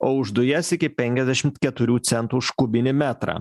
o už dujas iki penkiasdešimt keturių centų už kubinį metrą